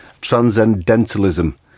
transcendentalism